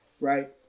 right